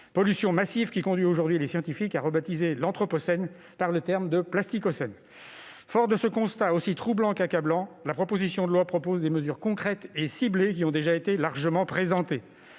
pollution massive, qui conduit aujourd'hui les scientifiques à rebaptiser l'anthropocène « plasticocène ». Fondé sur ce constat aussi troublant qu'accablant, le présent texte contient des mesures concrètes et ciblées qui ont déjà été largement présentées.